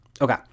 Okay